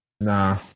nah